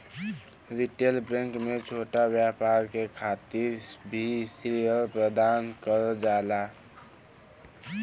retail bank में छोटा व्यापार के खातिर भी ऋण प्रदान करल जाला